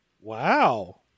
Wow